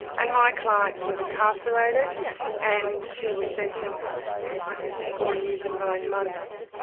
and my client was incarcerated and she was sentenced i think to four years and nine months,